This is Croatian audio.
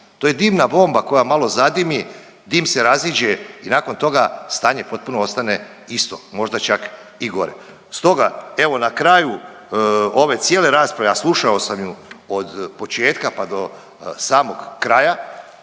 To je dimna bomba koja malo zadimi, dim se raziđe i nakon toga stanje potpuno ostane isto možda čak i gore. Stoga evo na kraju ove cijele rasprave, a slušao sam ju od početka pa do samog kraja